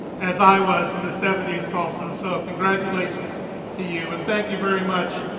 as i was in the seventy s also. so congratulations to you, and thank you very much.